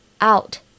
out